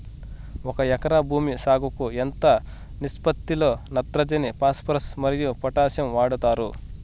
ఒక ఎకరా భూమి సాగుకు ఎంత నిష్పత్తి లో నత్రజని ఫాస్పరస్ మరియు పొటాషియం వాడుతారు